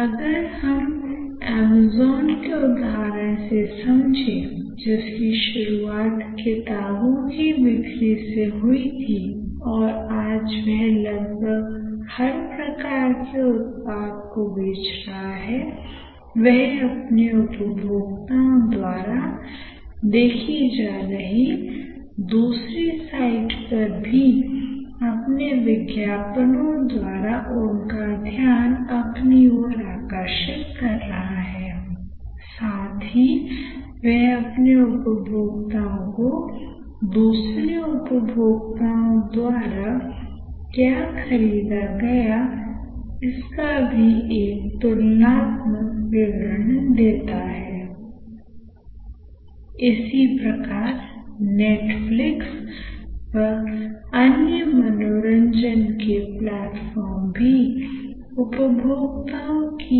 अगर हम ऐमेज़ॉन के उदाहरण से समझे जिसकी शुरुआत किताबों की बिक्री से हुई थी और आज वह लगभग हर प्रकार के उत्पाद को बेच रहा है वह अपने उपभोक्ताओं द्वारा देखी जा रही दूसरी साइट पर भी अपने विज्ञापनों द्वारा उनका ध्यान अपनी ओर आकर्षित कर रहा हैI साथ ही वह अपने उपभोक्ताओं को दूसरे उपभोक्ताओं द्वारा क्या खरीदा गया इसका भी एक तुलनात्मक विवरण देता हैI इसी प्रकार नेटफ्लिक्स व अन्य मनोरंजन के प्लेटफार्म भी उपभोक्ताओं की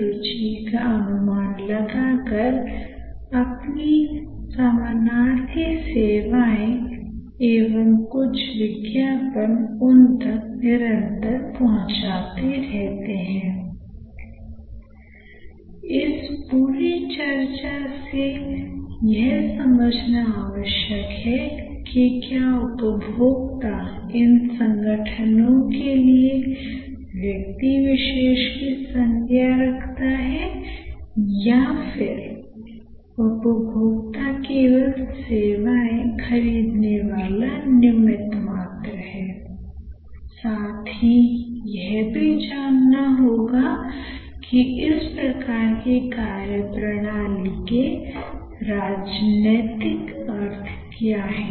रूचि का अनुमान लगाकर अपनी समानार्थी सेवाएं उन तक निरंतर पहुंचाते रहते हैंI इस पूरी चर्चा से यह समझना आवश्यक है कि क्या उपभोक्ता इन संगठनों के लिए व्यक्ति विशेष की संज्ञा रखता है या फिर उपभोक्ता केवल सेवाएं खरीदने वाला निमित्त मात्र हैI साथ ही यह भी जानना होगा कि इस प्रकार की कार्यप्रणाली के राजनीतिक अर्थ क्या है